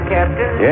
Captain